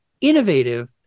innovative